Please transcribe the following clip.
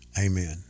Amen